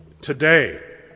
Today